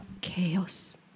chaos